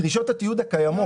דרישות התיעוד הקיימות.